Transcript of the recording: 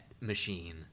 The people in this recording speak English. machine